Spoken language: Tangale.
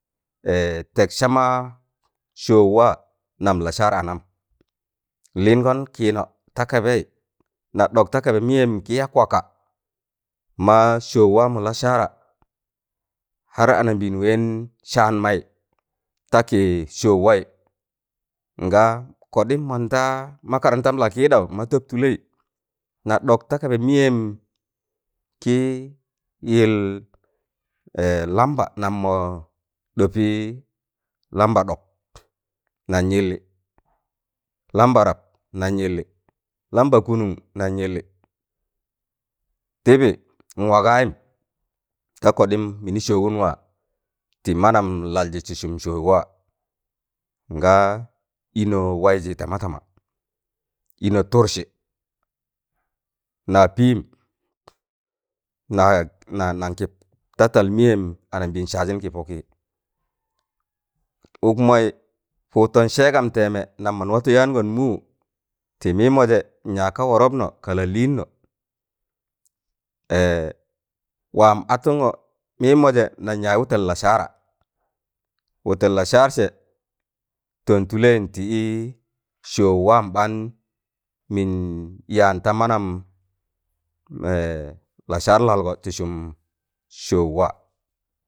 Tẹk sama sọọụ waa nam lasarar anam lịịngọn kịnọ ta tabaị na ɗọk ta kaba mịyẹ kị ya kwaka ma sọọụ waamọ lasara har anambẹẹn wẹẹn saan maị takị sọọụ waị nga kọɗịm mon ta makarantam la kiɗaụ matọptụlẹị na ɗọk ta kaba mịyẹm kị yịl lamba nam mọ ɗobị lamba ɗok nan yilli lamba rap nan yillị lamba kụnụn nan yịllị tịbị n wagayim ta koɗịm mịnị sọọwụn waa tị manam laljị tịsụm sọọụ waa ngaa inọ waịjị tama tama ịnọ tụrsị na pịịm na- na- nan kị ta tal mịyẹm lambịịna saajịn kị pọkị ok maị pụttọn sẹẹgam tẹẹmẹ nam mọn watụ yaangọn mụụ tị mịịmọjẹ nyaag ka wọrọpnọ ga lalịnnọ waam a tụngo mịịmojẹ nan yaaz wụteṇ lasara wụtẹn la saarsẹ tọn tụlẹịn tị ị sọọụ waịm ɓaan mịn yaan ta manam la sarar lalgọ tịsụm sọọụ wa.